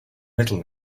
middle